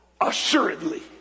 assuredly